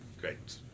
great